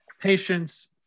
patients